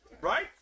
Right